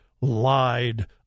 lied